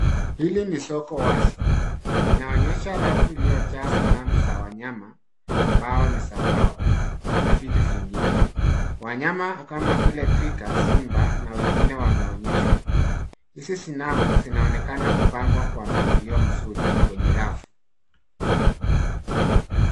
Hili ni soko wazi. Inaonyesha rafu iliyojaa sanamu za wanyama , ambao ni za mbao na vitu vingine. Wanyama kama vile twiga, simba, na wengine wameonyeshwa. Hizi sanamu zinaonekana kupangwa kwa mpangilio mzuri kwenye rafu.